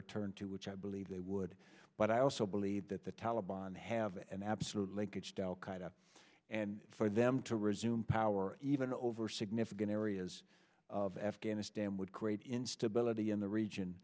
return to which i believe they would but i also believe that the taliban have an absolute linkage to al qaeda and for them to resume power even over significant areas of f this damn would create instability in the region